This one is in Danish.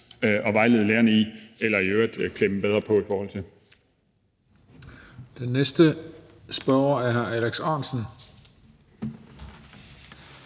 at vejlede lærerne i det eller i øvrigt at klæde dem bedre på i forhold til